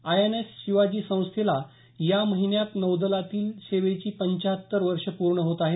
INS Shivaji संस्थेला या महिन्यात नौदलातील सेवेची पंच्च्याहत्तरर्षे पूर्ण होत आहेत